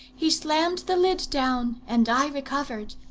he slammed the lid down, and i recovered.